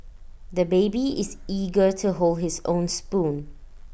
the baby is eager to hold his own spoon